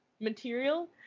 material